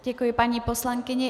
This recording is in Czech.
Děkuji paní poslankyni.